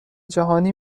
جهانی